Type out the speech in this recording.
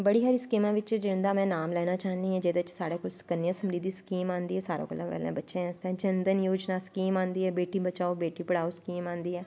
बड़ी सारी सकीमैं बिच्च जिंदा में नाम लैना चाह्नी आं जेह्दै च साढ़ै कन्यां समिधी सकीम आंदी ऐ सारें कोला पैह्लैं बच्चैं आस्तै जन घन स्कीम आंदी ऐ बेटी बचाओ बेटी पढ़ाओ स्कीम आंदी ऐ